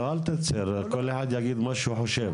לא, אל תצר, כל אחד יגיד מה שהוא חושב.